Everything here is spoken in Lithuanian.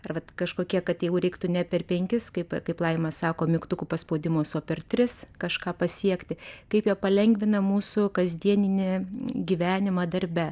ar vat kažkokie kad jau reiktų ne per penkis kaip kaip laima sako mygtukų paspaudimus o per tris kažką pasiekti kaip jie palengvina mūsų kasdieninį gyvenimą darbe